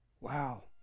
Wow